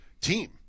team